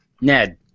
Ned